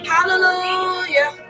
Hallelujah